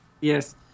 Yes